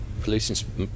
Police